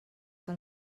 que